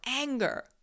anger